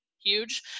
huge